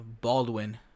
Baldwin